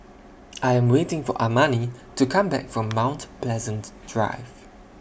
I Am waiting For Armani to Come Back from Mount Pleasant Drive